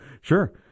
Sure